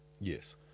Yes